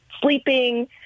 sleeping